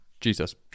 Jesus